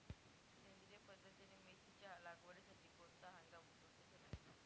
सेंद्रिय पद्धतीने मेथीच्या लागवडीसाठी कोणता हंगाम उपयुक्त ठरेल?